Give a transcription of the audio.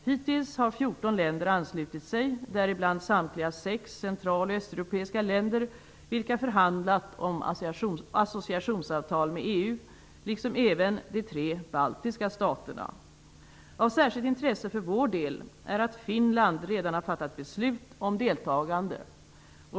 Hittills har 14 länder anslutit sig, däribland samtliga sex central och östeuropeiska länder, vilka förhandlat om associationsavtal med EU, liksom även de tre baltiska staterna. Av särskilt intresse för vår del är att Finland redan har fattat beslut om deltagande.